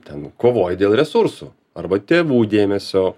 ten kovoja dėl resursų arba tėvų dėmesio